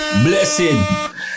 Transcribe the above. Blessing